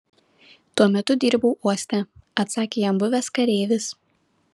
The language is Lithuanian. tuo metu dirbau uoste atsakė jam buvęs kareivis